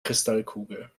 kristallkugel